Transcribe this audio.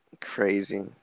Crazy